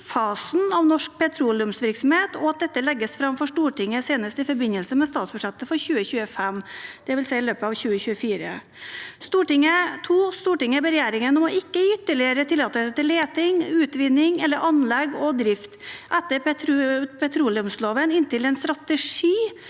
sluttfasen av norsk petroleumsvirksomhet, og at denne legges frem for Stortinget senest i forbindelse med statsbudsjettet for 2025.» Det vil si i løpet av 2024. «2. Stortinget ber regjeringen om ikke å gi ytterligere tillatelser til leting, utvinning (PUD), eller anlegg og drift (PAD) etter petroleumsloven, inntil en strategi